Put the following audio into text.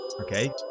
Okay